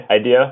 idea